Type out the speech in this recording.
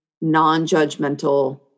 non-judgmental